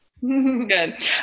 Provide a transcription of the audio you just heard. Good